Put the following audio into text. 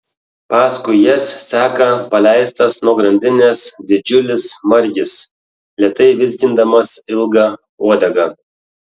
paskui jas seka paleistas nuo grandinės didžiulis margis lėtai vizgindamas ilgą uodegą